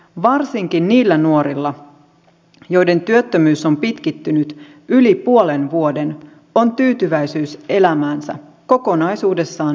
varsinkin niillä nuorilla joiden työttömyys on pitkittynyt yli puoli vuotta on tyytyväisyys elämäänsä kokonaisuudessaan heikompaa